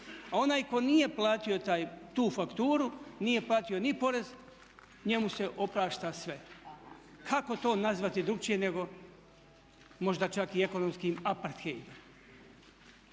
a onaj tko nije platio tu fakturu nije platio ni porez, njemu se oprašta sve. Kako to nazvati drukčije nego možda čak i ekonomskim aparthejdom?